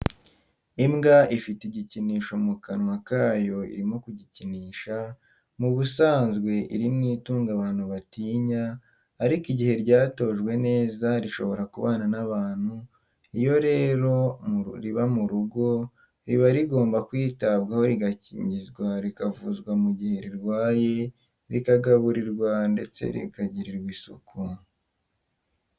Imbwa ifite igikinisho mu kananwa kayo irimo kugikinisha , mu busanzwe iri ni itungo abantu batinya, ariko igihe ryatojwe neza rishobora kubana n'abantu iyo rero riba mu rugo riba rigomba kwitabwaho rigakingizwa rikavuzwa mu gihe rirwaye rikagaburirwa ndetse rikagirirwa isuku.